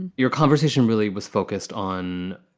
and your conversation really was focused on,